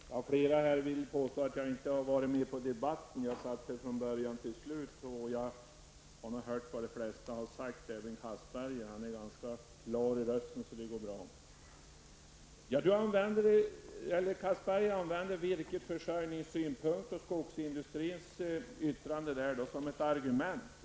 Fru talman! Flera här har påstått att jag inte har tagit del av debatten. Jag har suttit här från början och hört vad de flesta, även Anders Castberger, har sagt. Anders Castberger har en så klar röst att det går ganska bra problem att höra honom. Anders Castberger använder virkesförsörjningen och skogsindustrins yttrande som ett argument.